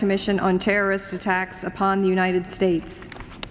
commission on terrorist attacks upon united states